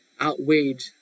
outweighed